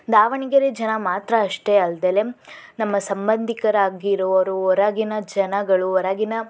ದಾವಣಗೆರೆ ಜನ ಮಾತ್ರ ಅಷ್ಟೇ ಅಲ್ದೆಲೆ ನಮ್ಮ ಸಂಬಂಧಿಕರಾಗಿರೋರು ಹೊರಗಿನ ಜನಗಳು ಹೊರಗಿನ